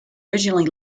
originally